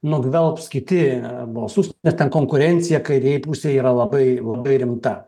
nugvelbs kiti balsus nes ten konkurencija kairėj pusėj yra labai labai rimta